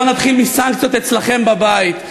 בואו נתחיל מסנקציות אצלכם בבית.